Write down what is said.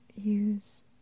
use